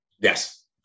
Yes